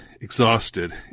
exhausted